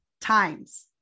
times